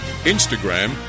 Instagram